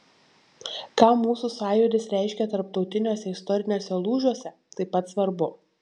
ką mūsų sąjūdis reiškė tarptautiniuose istoriniuose lūžiuose taip pat svarbu